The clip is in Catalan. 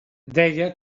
deia